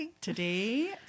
Today